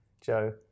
Joe